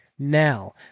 Now